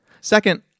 Second